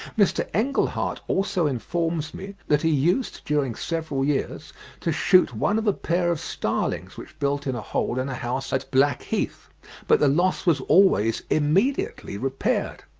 mr. engleheart also informs me that he used during several years to shoot one of a pair of starlings which built in a hole in a house at blackheath but the loss was always immediately repaired.